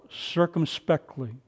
circumspectly